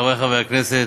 חברי חברי הכנסת,